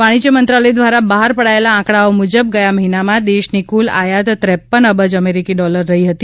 વાણિજ્ય મંત્રાલય દ્વારા બહાર પડાયેલા આંકડાઓ મુજબ ગયા મહિનામાં દેશની કુલ આયાત પઉ અબજ અમેરિકી ડોલર રહી હતી